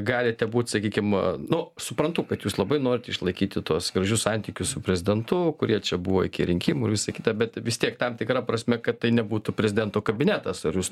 galite būt sakykim nu suprantu kad jūs labai norit išlaikyti tuos gražius santykius su prezidentu kurie čia buvo iki rinkimų ir visa kita bet vis tiek tam tikra prasme kad tai nebūtų prezidento kabinetas ar jūs